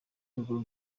urwo